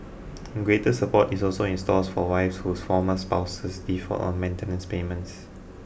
greater support is also in stores for wives whose former spouses default on maintenance payments